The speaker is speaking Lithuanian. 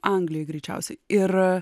anglijoj greičiausiai ir